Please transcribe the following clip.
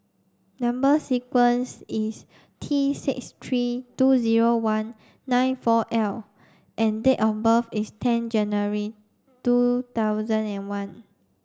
number sequence is T six three two zero one nine four L and date of birth is ten January two thousand and one